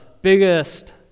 biggest